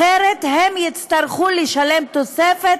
אחרת הם יצטרכו לשלם תוספת,